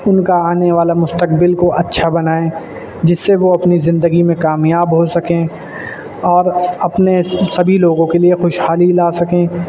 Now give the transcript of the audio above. ان کا آنے والا مستقبل کو اچھا بنائیں جس سے وہ اپنی زندگی میں کامیاب ہو سکیں اور اپنے سبھی لوگوں کے لیے خوش حالی لا سکیں